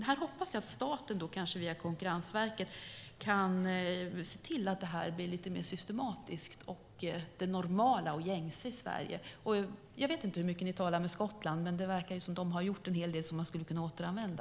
Jag hoppas att staten, kanske via Konkurrensverket, kan se till att detta blir lite mer systematiskt och det normala och gängse i Sverige. Jag vet inte hur mycket ni talar med Skottland, men det verkar som att de har gjort en hel del som man skulle kunna återanvända.